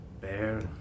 bear